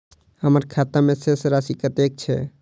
हम्मर खाता मे शेष राशि कतेक छैय?